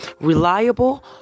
Reliable